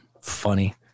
Funny